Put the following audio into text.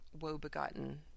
woe-begotten